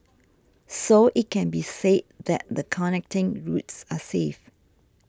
so it can be said that the connecting routes are safe